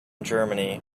germany